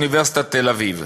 אוניברסיטת תל-אביב.